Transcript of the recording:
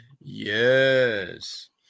Yes